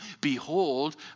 Behold